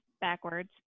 backwards